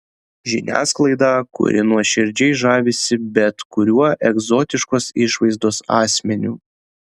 žiniasklaidą kuri nuoširdžiai žavisi bet kuriuo egzotiškos išvaizdos asmeniu